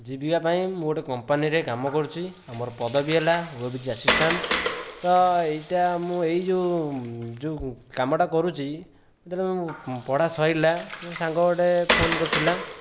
ଜୀବିକା ପାଇଁ ମୁଁ ଗୋଟିଏ କମ୍ପାନୀରେ କାମ କରୁଛି ଆଉ ମୋର ପଦବୀ ହେଲା ଓଏବିଜି ଆସିଷ୍ଟାଣ୍ଟ ତ ଏଇଟା ମୁଁ ଏଇ ଯେଉଁ ଯେଉଁ କାମଟା କରୁଛି ଯେତେବେଳେ ମୋ ପଢ଼ା ସରିଲା ମୋ ସାଙ୍ଗ ଗୋଟିଏ ଫୋନ୍ କରିଥିଲା